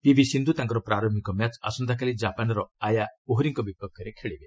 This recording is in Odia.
ପିଭି ସିନ୍ଧୁ ତାଙ୍କର ପ୍ରାରମ୍ଭିକ ମ୍ୟାଚ୍ ଆସନ୍ତାକାଲି ଜାପାନ୍ର ଆୟା ଓହରିଙ୍କ ବିପକ୍ଷରେ ଖେଳିବେ